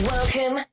Welcome